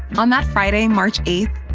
on that friday, march eight,